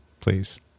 please